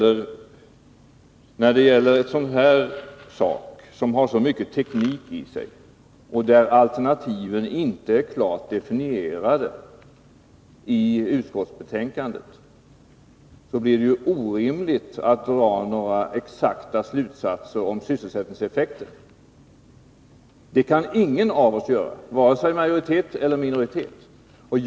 En sådan här sak har så mycket teknik i sig att alternativen inte är klart definierade, och då är det orimligt att dra några exakta slutsatser om sysselsättningseffekter. Det kan ingen av oss, varken majoritet eller minoritet, göra.